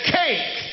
cake